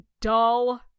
dull